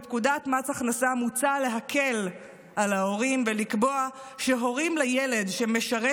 בפקודת מס הכנסה מוצע להקל על ההורים ולקבוע שהורים לילד שמשרת